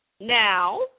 now